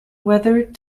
weathered